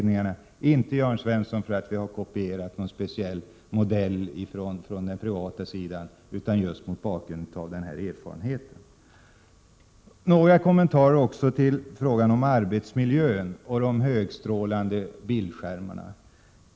Det är inte, Jörn Svensson, för att vi har kopierat någon speciell modell från den privata sidan, utan det är just mot bakgrund av den här erfarenheten. Några kommentarer också till frågan om arbetsmiljön och de högstrålande bildskärmarna.